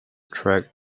track